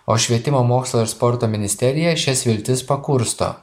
o švietimo mokslo ir sporto ministerija šias viltis pakursto